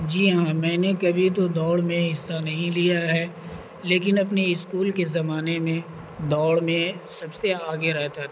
جی ہاں میں نے کبھی تو دوڑ میں حصہ نہیں لیا ہے لیکن اپنے اسکول کے زمانے میں دوڑ میں سب سے آگے رہتا تھا